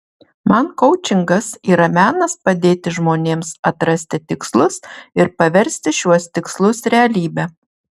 man koučingas yra menas padėti žmonėms atrasti tikslus ir paversti šiuos tikslus realybe